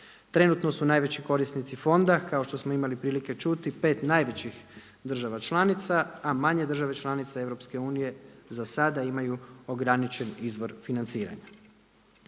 Trenutno su najveći korisnici fonda kao što smo imali prilike čuti pet najvećih država članica a manje države članice Europske unije za sada imaju ograničen izbor financiranja.